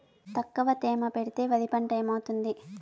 తక్కువ తేమ పెడితే వరి పంట ఏమవుతుంది